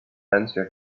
answer